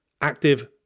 active